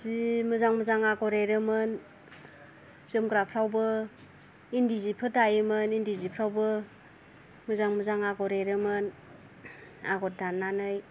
जि मोजां मोजां आगर एरोमोन जोमग्राफ्रावबो इन्दि जिफोर दायोमोन इन्दि जिफ्रावबो मोजां मोजां आगर एरोमोन आगर दाननानै